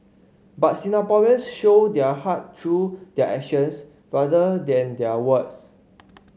but Singaporeans show their heart through their actions rather than their words